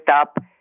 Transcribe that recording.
up